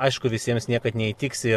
aišku visiems niekad neįtiksi